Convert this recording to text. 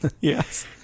yes